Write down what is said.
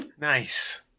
Nice